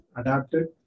adapted